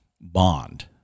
bond